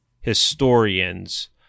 historians